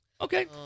Okay